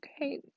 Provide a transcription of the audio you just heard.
Okay